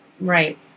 right